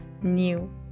new